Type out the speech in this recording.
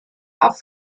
auf